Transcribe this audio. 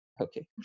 Okay